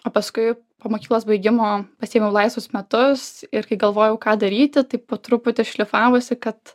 o paskui po mokyklos baigimo pasiėmiau laisvus metus ir kai galvojau ką daryti tai po truputį šlifavosi kad